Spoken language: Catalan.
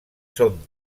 són